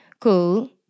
cool